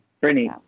Brittany